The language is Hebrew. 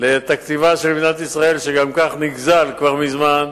לתקציבה של מדינת ישראל, שגם כך גם נגזל כבר מזמן,